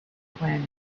planet